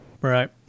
Right